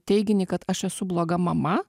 teiginį kad aš esu bloga mama